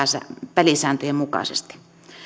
pelisääntöjen mukaisesti